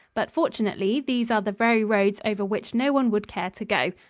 but, fortunately, these are the very roads over which no one would care to go.